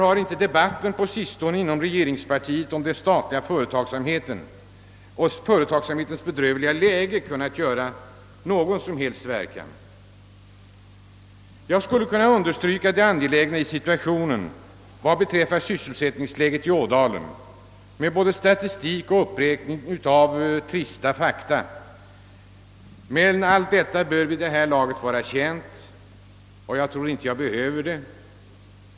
Har inte debatten på sistone inom regeringspartiet om den statliga företagsamheten och dess bedrövliga läge haft någon som helst verkan? Jag skulle kunna understryka det angelägna i situationen vad beträffar sysselsättningen i Ådalen med både statistik och uppräkning av trista fakta, men allt det bör vid detta laget vara känt. Jag tror därför inte att jag behöver göra det.